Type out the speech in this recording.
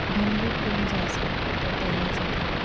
बंधू प्रेम जो आसा तो तयार जातालो